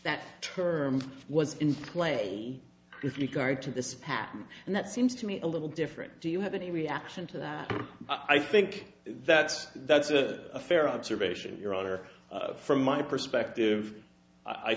that term was in play if you guard to this patent and that seems to me a little different do you have any reaction to that i think that's that's a fair observation your honor from my perspective i